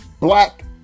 black